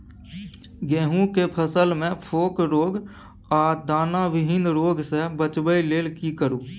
गेहूं के फसल मे फोक रोग आ दाना विहीन रोग सॅ बचबय लेल की करू?